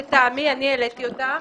לטעמי אני העליתי אותה?